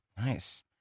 Nice